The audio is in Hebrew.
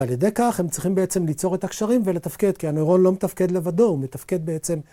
על ידי כך הם צריכים בעצם ליצור את הקשרים ולתפקד כי הנוירון לא מתפקד לבדו הוא מתפקד בעצם